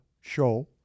show